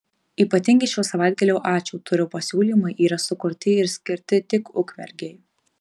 ypatingi šio savaitgalio ačiū turo pasiūlymai yra sukurti ir skirti tik ukmergei